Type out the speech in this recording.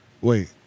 Wait